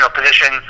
position